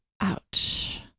ouch